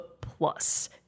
Plus